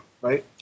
right